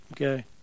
Okay